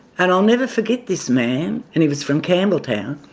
and i'll never forget this man, and he was from campbelltown,